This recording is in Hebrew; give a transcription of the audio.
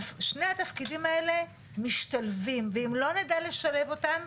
שני התפקידים האלה משתלבים ואם לא נדע לשלב אותם,